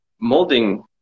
molding